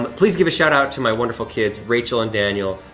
but please give a shout-out to my wonderful kids, rachel and daniel,